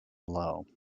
low